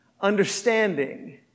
understanding